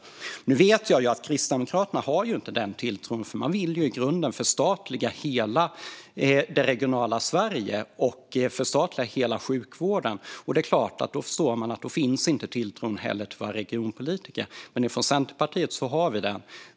Jag vet att Kristdemokraterna inte har den tilltron, för de vill ju i grunden förstatliga hela det regionala Sverige och hela sjukvården. Då är det klart att man förstår att de inte heller har någon tilltro till regionpolitiker. I Centerpartiet har vi den tilltron.